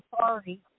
Sorry